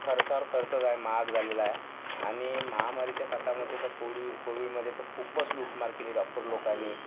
खर्चावर खर्चच आहे महाग झालेला आहे आणि महामारीच्या सतामध्ये तर कोडीव कोविडमध्ये तर खूपच लूटमार केली डॉक्टर लोकांनी